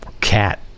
cat